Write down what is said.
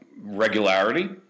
regularity